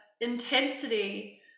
intensity